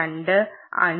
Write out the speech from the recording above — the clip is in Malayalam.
2 5